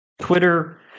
twitter